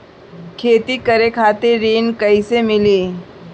खेती करे खातिर ऋण कइसे मिली?